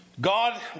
God